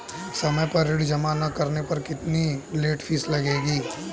समय पर ऋण जमा न करने पर कितनी लेट फीस लगेगी?